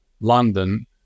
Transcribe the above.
London